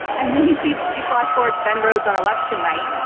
and then you see it flash forward, ben rhodes on election night,